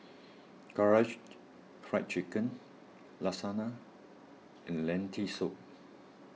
Karaage Fried Chicken Lasagne and Lentil Soup